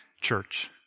church